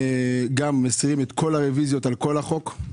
"לעוסק שמחזור עסקאותיו אינו עולה על